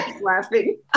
laughing